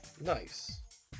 Nice